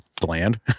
bland